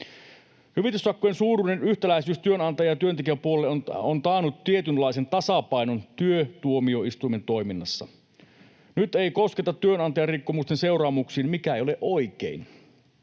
Hyvityssakkojen suuruuden yhtäläisyys työnantaja- ja työntekijäpuolella on taannut tietynlaisen tasapainon työtuomioistuimen toiminnassa. Nyt ei kosketa työnantajan rikkomusten seuraamuksiin, mikä ei ole oikein.